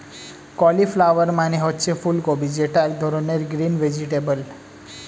cauliflower মানে হচ্ছে ফুলকপি যেটা এক ধরনের গ্রিন ভেজিটেবল